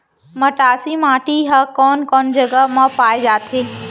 मटासी माटी हा कोन कोन जगह मा पाये जाथे?